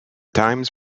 times